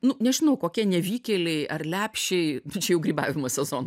nu nežinau kokie nevykėliai ar lepšiai čia jau grybavimo sezono